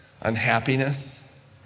Unhappiness